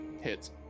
Hits